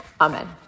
Amen